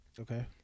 Okay